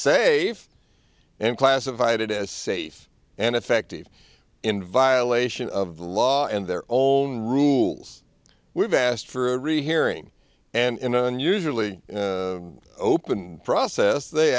safe and classified it as safe and effective in violation of the law and their own rules we've asked for a rehearing and in an unusually open process they